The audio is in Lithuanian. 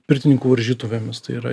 pirtininkų varžytuvėmis tai yra